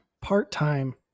part-time